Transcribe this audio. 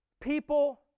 people